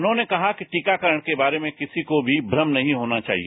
उन्होंने कहा कि टीकाकरण के बारे में किसी को भी थ्रम नहीं होना चाहिए